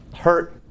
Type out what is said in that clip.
hurt